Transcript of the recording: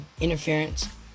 interference